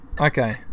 Okay